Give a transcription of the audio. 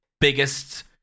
biggest